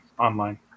online